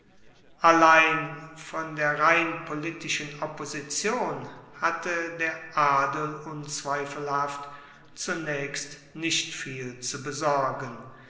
allein von der rein politischen opposition hatte der adel unzweifelhaft zunaechst nicht viel zu besorgen